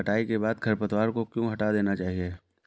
कटाई के बाद खरपतवार को क्यो हटा देना चाहिए?